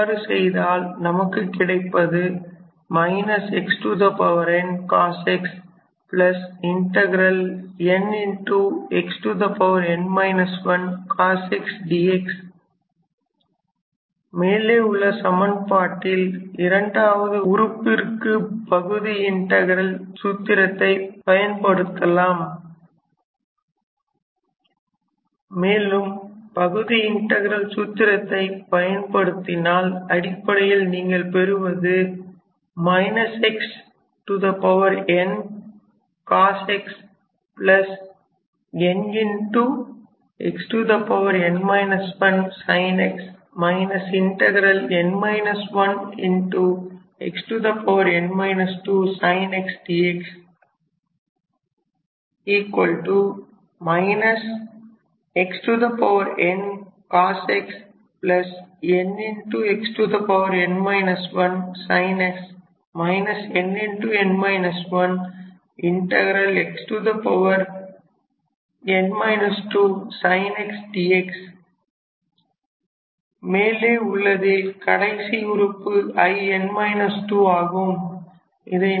இவ்வாறு செய்தால் நமக்கு கிடைப்பது மேலே உள்ள சமன்பாட்டில் இரண்டாவது உறுப்பிற்கு பகுதி இன்டகிரல் சூத்திரத்தை பயன்படுத்தலாம் மேலும் பகுதி இன்டகிரல் சூத்திரத்தை பயன்படுத்தினால் அடிப்படையில் நீங்கள் பெறுவது மேலே உள்ளதில் கடைசி உறுப்பு In 2 ஆகும்